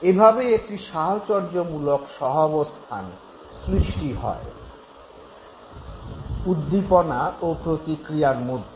এভাবেই একটি সাহচর্যমুলক সহাবস্থান সৃষ্টি হয় উদ্দীপনা ও প্রতিক্রিয়ার মধ্যে